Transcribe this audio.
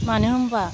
मानो होमब्ला